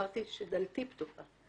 אמרתי שדלתי פתוחה.